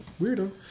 Weirdo